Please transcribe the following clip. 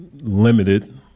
limited